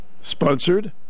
Sponsored